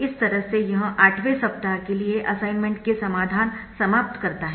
इस तरह से यह 8 वें सप्ताह के लिए असाइनमेंट के समाधान समाप्त करता है